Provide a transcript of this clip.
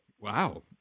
Wow